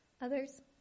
Others